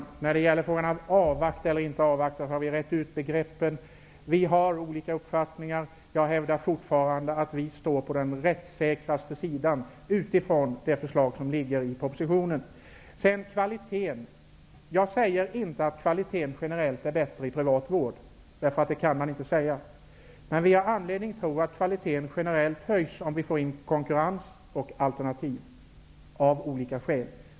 Herr talman! När det gäller frågan om att avvakta eller inte, har vi rett ut begreppen. Vi har olika uppfattningar. Jag hävdar fortfarande att vi står på den mest rättssäkra sidan, utifrån det förslag som ligger i propositionen. Jag säger inte att kvaliteten generellt är bättre i privat vård -- det kan man inte säga. Men vi har anledning att tro att kvaliteten generellt höjs om vi får konkurrens och alternativ.